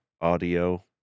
audio